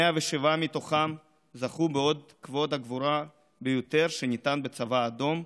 107 מתוכם זכו באות הגבורה הגבוה ביותר שניתן בצבא האדום,